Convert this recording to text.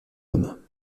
homme